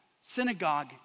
synagogue